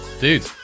Dude